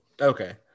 Okay